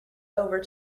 over